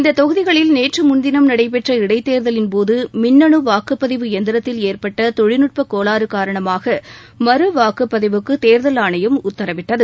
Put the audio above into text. இந்த தொகுதிகளில் நேற்றுமுன்தினம் நடைபெற்ற இடைத்தேர்தலின்போது மின்னனு வாக்குப்பதிவு இயந்தரத்தில் ஏற்பட்ட தொழில்நுட்பக்கோளாறு காரணமாக மறுவாக்குப்பதிவுக்கு தேர்தல் ஆணையம் உத்தரவிட்டது